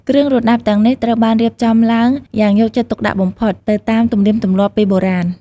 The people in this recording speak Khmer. គ្រឿងរណ្តាប់ទាំងនេះត្រូវបានរៀបចំឡើងយ៉ាងយកចិត្តទុកដាក់បំផុត ទៅតាមទំនៀមទម្លាប់ពីបុរាណ។